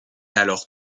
alors